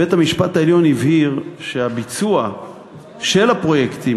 בית-המשפט העליון הבהיר שהביצוע של הפרויקטים